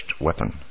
weapon